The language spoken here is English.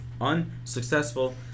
unsuccessful